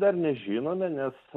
dar nežinome nes